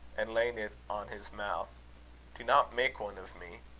and laying it on his mouth do not make one of me.